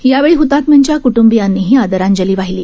यावेळी हतात्म्यांच्या क्टंबियांनीही आदरांजली वाहिली